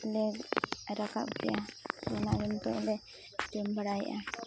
ᱞᱮ ᱨᱟᱠᱟᱵ ᱠᱮᱜᱼᱟ ᱚᱱᱟᱜᱮ ᱱᱤᱛᱳᱜ ᱞᱮ ᱡᱚᱢ ᱵᱟᱲᱟᱭᱮᱜᱼᱟ